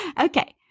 Okay